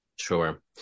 Sure